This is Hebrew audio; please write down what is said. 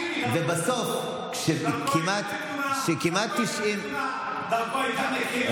בסוף, כשכמעט 90, דרכו הייתה מקילה.